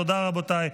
תודה, רבותיי.